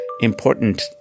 important